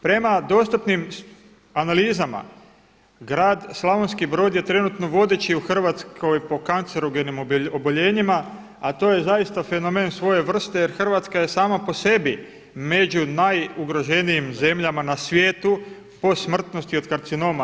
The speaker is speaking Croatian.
Prema dostupnim analizama grad Slavonski Brod je trenutno vodeći u Hrvatskoj po kancerogenim oboljenjima a to je zaista fenomen svoje vrste jer Hrvatska je sama po sebi među najugroženijim zemljama na svijetu po smrtnosti od karcinoma.